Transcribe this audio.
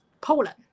Poland